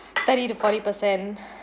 thirty to forty percent